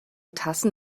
tassen